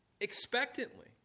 Expectantly